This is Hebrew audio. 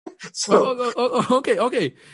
אוקיי, אוקיי.